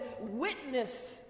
witness